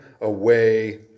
away